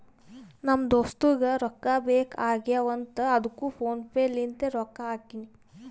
ನಮ್ ದೋಸ್ತುಗ್ ರೊಕ್ಕಾ ಬೇಕ್ ಆಗೀವ್ ಅಂತ್ ಅದ್ದುಕ್ ಫೋನ್ ಪೇ ಲಿಂತ್ ರೊಕ್ಕಾ ಹಾಕಿನಿ